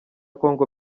congo